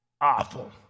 Awful